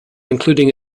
including